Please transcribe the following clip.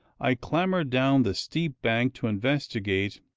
i clamber down the steep bank to investigate.